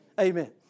Amen